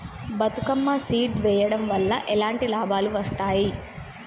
Bathukamma seed వెయ్యడం వల్ల ఎలాంటి లాభాలు వస్తాయి?